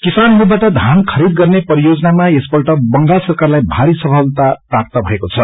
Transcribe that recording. किसानहरूबाट धान खरीद गर्ने परियोजनामा यसपल्ट बंगाल सरकारलाई भारी सफलता प्राप्त भएको छ